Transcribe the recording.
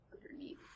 underneath